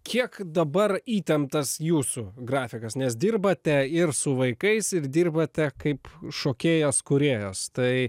kiek dabar įtemptas jūsų grafikas nes dirbate ir su vaikais ir dirbate kaip šokėjas kūrėjas tai